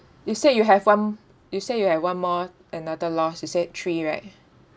you said you have one m~ you said you have one more another loss you said three right